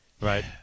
Right